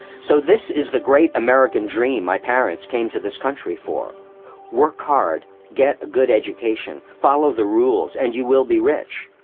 so, this is the great american dream my parents came to this country for work hard, get a good education, follow the rules, and you will be rich.